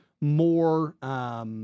more